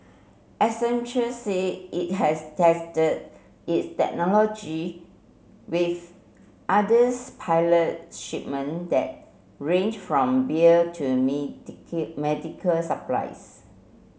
Accenture said it has tested its technology with others pilot shipment that range from beer to medical supplies